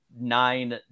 nine